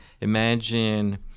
imagine